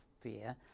fear